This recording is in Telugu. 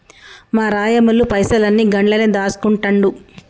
మా రాయమల్లు పైసలన్ని గండ్లనే దాస్కుంటండు